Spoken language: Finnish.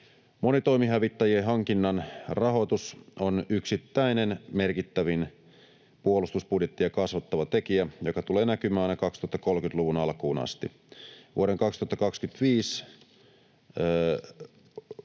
Monitoimihävittäjien hankinnan rahoitus on yksittäinen merkittävin puolustusbudjettia kasvattava tekijä, joka tulee näkymään aina 2030-luvun alkuun asti. Vuodelle 2025